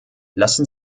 lassen